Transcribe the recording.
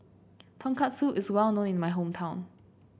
Tonkatsu is well known in my hometown